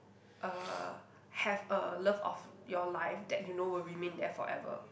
uh have a love of your life that you know will remain there forever